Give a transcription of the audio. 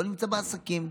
לא נמצא בעסקים.